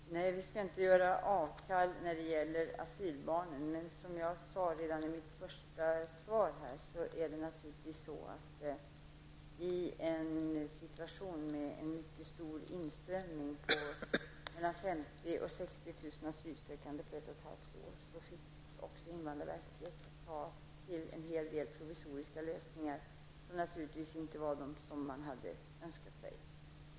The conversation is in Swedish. Fru talman! Vi skall inte göra något undantag när det gäller asylbarnen, men jag sade redan i mitt svar, att eftersom vi har haft mellan 50 000 och 60 000 asylsökande på ett och ett halvt år, fick invandrarverket ta till en hel del provisoriska lösningar, som naturligtvis inte var vad man hade önskat sig.